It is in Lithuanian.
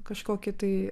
kažkokį tai